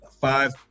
five